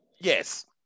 Yes